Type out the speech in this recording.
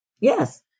Yes